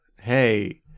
Hey